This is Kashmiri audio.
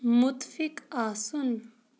مُتفِق آسُن